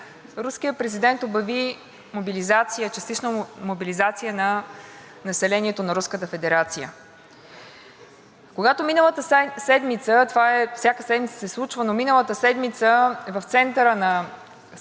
когато миналата седмица, всяка седмица се случва, но миналата седмица в центъра на столицата на Украйна – Киев, сутринта хората, отивайки на работа, водейки децата си на детска градина,